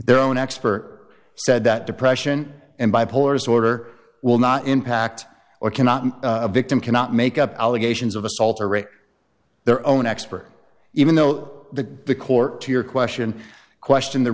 their own expert said that depression and bipolar disorder will not impact or cannot be a victim cannot make up allegations of assault or rape their own expert even though the the court to your question question the